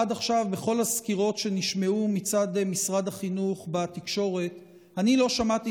עד עכשיו בכל הסקירות שנשמעו מצד משרד החינוך בתקשורת אני לא שמעתי